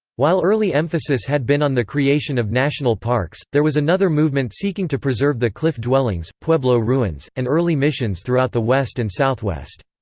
while early emphasis had been on the creation of national parks, there was another movement seeking to preserve the cliff dwellings, pueblo ruins, and early missions throughout the west and southwest.